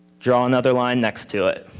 draw another line next to it.